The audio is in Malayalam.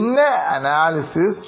പിന്നെ അനാലിസിസ്